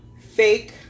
fake